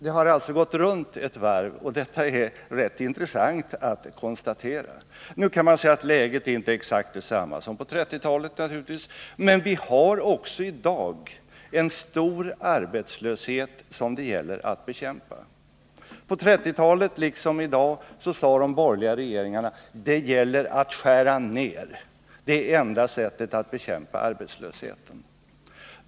Det har alltså gått runt ett varv, och detta är rätt intressant att konstatera. Nu kan man säga att läget inte är exakt detsamma som på 1930-talet, men vi har också i dag en stor arbetslöshet, som det gäller att bekämpa. På 1930-talet liksom i dag sade de borgerliga regeringarna: Det gäller att skära ned — det är enda sättet att bekämpa arbetslösheten.